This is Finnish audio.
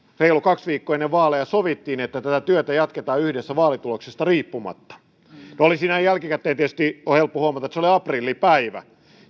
reilu kaksi viikkoa ennen vaaleja sovittiin että tätä työtä jatketaan yhdessä vaalituloksesta riippumatta no näin jälkikäteen on tietysti helppo huomata että se oli aprillipäivä